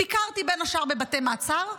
ביקרתי, בין השאר, בבתי מעצר.